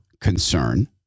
concern